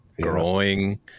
growing